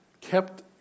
kept